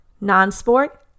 non-sport